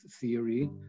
theory